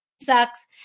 sucks